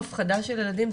הפחדה של ילדים,